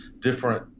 different